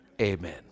Amen